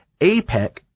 APEC